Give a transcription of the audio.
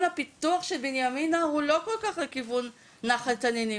הפיתוח של בנימינה הוא לא כל כך לכיוון נחל תנינים,